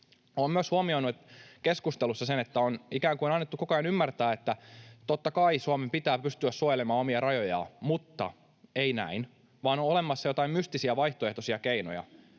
Olen myös huomioinut keskustelussa sen, että on ikään kuin annettu koko ajan ymmärtää, että totta kai Suomen pitää pystyä suojelemaan omia rajojaan mutta ei näin, vaan on olemassa joitain mystisiä vaihtoehtoisia keinoja.